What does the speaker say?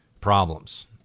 problems